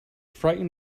frightened